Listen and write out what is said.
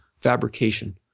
fabrication